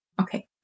okay